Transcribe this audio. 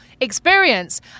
experience